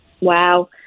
Wow